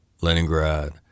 Leningrad